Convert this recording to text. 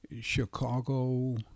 Chicago